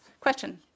Question